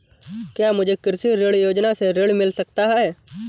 क्या मुझे कृषि ऋण योजना से ऋण मिल सकता है?